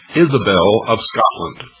isabel of scotland.